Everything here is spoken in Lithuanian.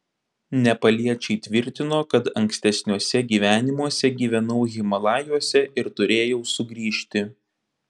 nepaliečiai tvirtino kad ankstesniuose gyvenimuose gyvenau himalajuose ir turėjau sugrįžti